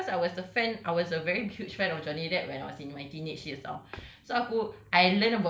personal life cause I was a fan I was a very huge fan of johnny depp when I was in my teenage years all so aku